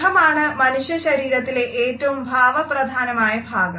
മുഖമാണ് മനുഷ്യ ശരീരത്തിലെ ഏറ്റവും ഭാവപ്രധാനമായ ഭാഗം